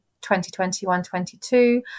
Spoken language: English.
2021-22